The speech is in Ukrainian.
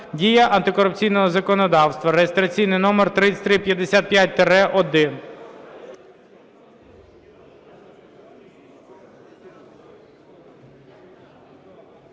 дія антикорупційного законодавства (реєстраційний номер 3355-1).